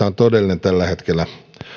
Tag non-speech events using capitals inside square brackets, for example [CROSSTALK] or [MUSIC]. [UNINTELLIGIBLE] on todellinen tällä hetkellä